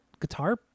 guitar